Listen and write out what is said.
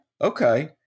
okay